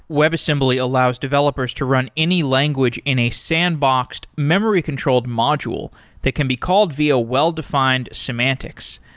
webassembly allows developers to run any language in a sandboxed memory controlled module that can be called via well-defined semantics.